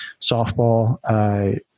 softball